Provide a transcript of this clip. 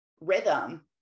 rhythm